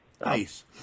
Nice